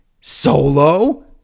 Solo